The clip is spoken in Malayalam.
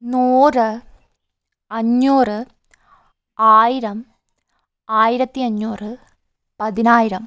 നൂറ് അഞ്ഞൂറ് ആയിരം ആയിരത്തി അഞ്ഞൂറ് പതിനായിരം